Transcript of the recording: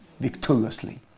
victoriously